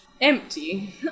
empty